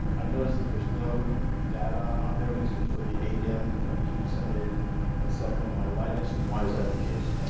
i notice that there's no data on there listed for the adem, acute disseminated encephalomyelitis, and why is that the case?